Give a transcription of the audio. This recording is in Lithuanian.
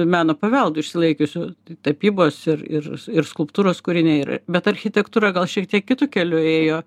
meno paveldu išsilaikiusiu tapybos ir ir ir skulptūros kūriniai bet architektūra gal šiek tiek kitu keliu ėjo